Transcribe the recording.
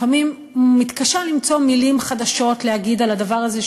לפעמים מתקשה למצוא מילים חדשות להגיד על הדבר הזה,